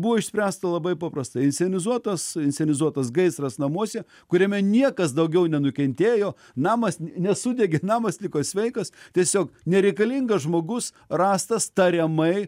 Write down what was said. buvo išspręsta labai paprastai inscenizuotas inscenizuotas gaisras namuose kuriame niekas daugiau nenukentėjo namas nesudegė namas liko sveikas tiesiog nereikalingas žmogus rastas tariamai